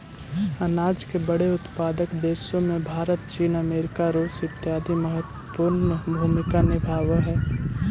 अनाज के बड़े उत्पादक देशों में भारत चीन अमेरिका रूस इत्यादि महत्वपूर्ण भूमिका निभावअ हई